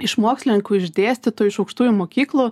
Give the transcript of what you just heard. iš mokslininkų iš dėstytų iš aukštųjų mokyklų